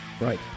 Right